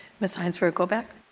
mrs. hynes for a go back.